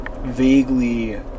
vaguely